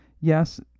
Yes